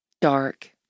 dark